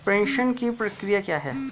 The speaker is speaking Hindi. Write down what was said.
प्रेषण की प्रक्रिया क्या है?